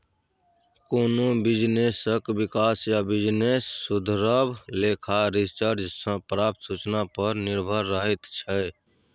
कोनो बिजनेसक बिकास या बिजनेस सुधरब लेखा रिसर्च सँ प्राप्त सुचना पर निर्भर रहैत छै